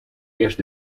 eerst